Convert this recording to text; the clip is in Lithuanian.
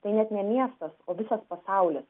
tai net ne miestas o visas pasaulis